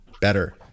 better